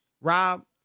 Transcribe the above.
Rob